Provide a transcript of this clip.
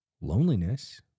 loneliness